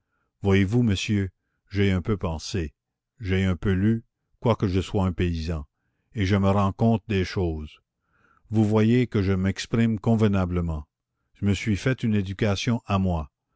voyez-vous monsieur j'ai un peu pensé j'ai un peu lu quoique je sois un paysan et je me rends compte des choses vous voyez que je m'exprime convenablement je me suis fait une éducation à moi